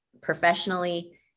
professionally